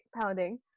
pounding